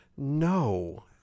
No